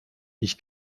ich